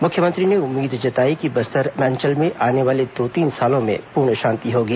मुख्यमंत्री ने उम्मीद जताई कि बस्तर अंचल में आने वाले दो तीन सालों में पूर्ण शांति होगी